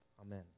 amen